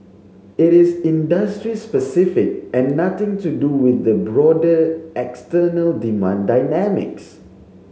it is industry specific and nothing to do with the broader external demand dynamics